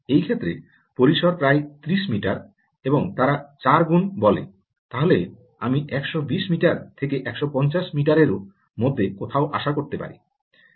এই ক্ষেত্রে পরিসর প্রায় 30 মিটার এবং তারা 4 গুন বলেতাহলে আমি 120 মিটার থেকে 150 মিটারের মধ্যে কোথাও আশা করতে পারি